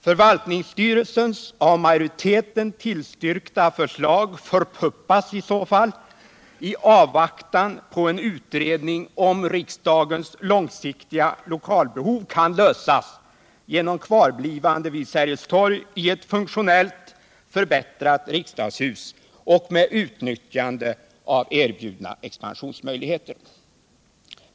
Förvaltningsstyrelsens av majoriteten tillstyrkta förslag förpuppas i så fall i avvaktan på en utredning om huruvida riksdagens långsiktiga lokalbehov kan lösas genom kvarblivande vid Sergels torg i ett funktionellt förbättrat riksdagshus och med utnyttjande av erbjudna expansionsmöjligheter.